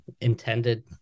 intended